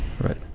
right